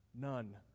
None